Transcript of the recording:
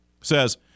Says